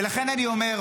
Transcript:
ולכן אני אומר,